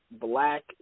black